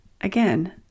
again